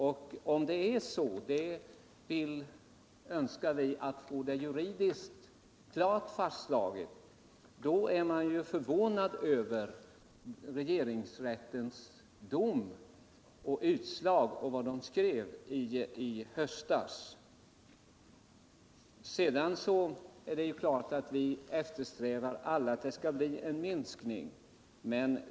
Om det förhåller sig så — men vi önskar få detta juridiskt fastslaget — blir man ju förvånad över regeringsrättens utslag och skrivning i höstas. Det är klart att alla eftersträvar att det skall bli en minskning av aborterna.